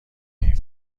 این